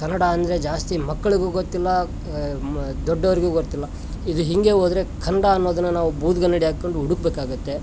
ಕನ್ನಡ ಅಂದರೆ ಜಾಸ್ತಿ ಮಕ್ಕಳಿಗೂ ಗೊತ್ತಿಲ್ಲ ದೊಡ್ಡವರಿಗೂ ಗೊತ್ತಿಲ್ಲ ಇದು ಹೀಗೆ ಹೋದರೆ ಕನ್ನಡ ಅನ್ನೋದನ್ನ ನಾವು ಭೂತ್ಗನ್ನಡಿ ಹಾಕೊಂಡು ಹುಡುಕ ಬೇಕಾಗತ್ತೆ